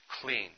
clean